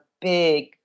big